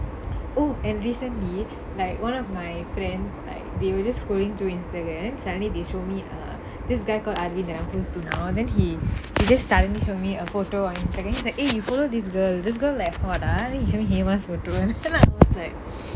oh and recently like one of my friends like they were just scrolling through Instagram suddenly they show me err this guy called avin that I used to know then he he just suddenly showed me a photo on Instagram like eh you follow this girl this girl like hot ah then he show me one photo then okay lah then I was like